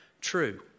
True